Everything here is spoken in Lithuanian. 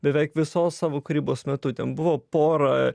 beveik visos savo kūrybos metu ten buvo pora